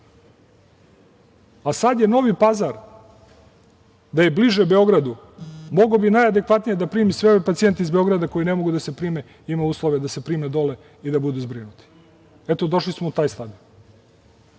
leče. Sad je Novi Pazar, da je bliže Beogradu, mogao bi najadekvatnije da primi sve ove pacijente iz Beograda koji ne mogu da se prime, ima uslova da se prime dole i da budu zbrinuti. Eto, došli smo u taj stadijum.